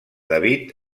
david